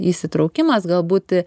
įsitraukimas galbūt